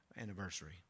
anniversary